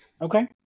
Okay